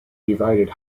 divided